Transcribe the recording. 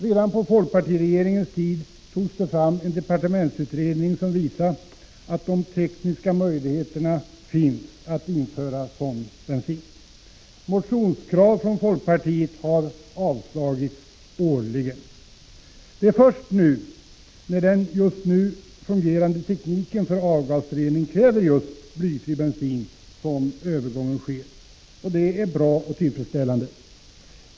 Redan på folkpartiregeringens tid togs det fram en departementsutredning som visade att det fanns tekniska möjligheter att införa krav på användning av sådan bensin. Årligen återkommande motionskrav i ärendet från folkpartiet har emellertid avslagits. Det är först nu, när den nu fungerande tekniken för avgasrening kräver just blyfri bensin, som övergången sker. Det är bra och tillfredsställande.